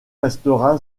restera